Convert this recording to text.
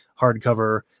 hardcover